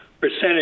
percentage